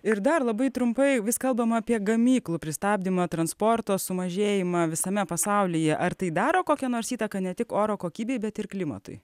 ir dar labai trumpai vis kalbama apie gamyklų pristabdymą transporto sumažėjimą visame pasaulyje ar tai daro kokią nors įtaką ne tik oro kokybei bet ir klimatui